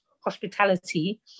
hospitality